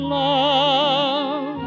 love